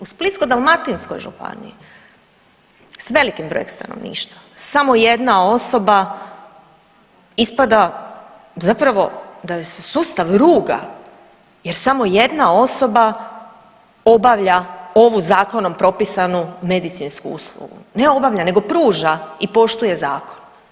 U Splitsko-dalmatinskoj županiji s velikim brojem stanovništva samo jedna osoba ispada zapravo da joj se sustav ruga jer samo jedna osoba obavlja ovu zakonom propisanu medicinsku uslugu, ne obavlja nego pruža i poštuje zakon.